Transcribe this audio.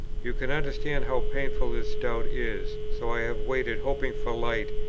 you can understand how painful this doubt is so i have waited, hoping for light,